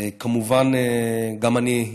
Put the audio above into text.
כמובן, גם אני,